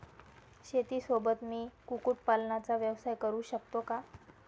शेतीसोबत मी कुक्कुटपालनाचा व्यवसाय करु शकतो का?